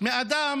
מאדם